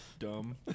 Dumb